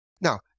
Now